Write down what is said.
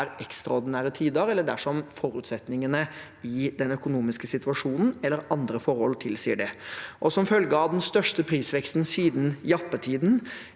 ekstraordinære tider, eller dersom forutsetningene i den økonomiske situasjonen eller andre forhold tilsier det. Som følge av den største prisveksten siden jappetiden,